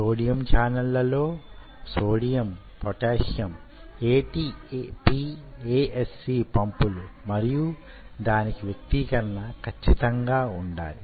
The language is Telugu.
సోడియం ఛానెళ్ళలో సోడియం పొటాషియం ATP ASE పంపులు మరియు దానికి వ్యక్తీకరణ ఖచ్చితంగా వుండాలి